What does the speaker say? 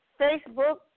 Facebook